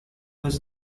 was